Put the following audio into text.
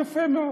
יפה מאוד.